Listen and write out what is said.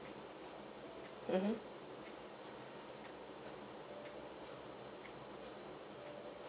mmhmm